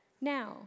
now